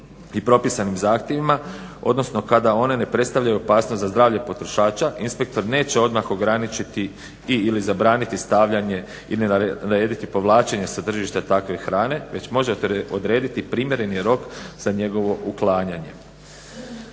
i propisanim zahtjevima, odnosno kada one ne predstavljaju opasnost za zdravlje potrošača inspektor neće odmah ograničiti i/ili zabraniti stavljanje ili narediti povlačenje sa tržišta takve hrane, već možete odrediti primjereni rok za njegovo uklanjanje.